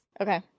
Okay